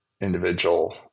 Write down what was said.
individual